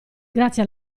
grazie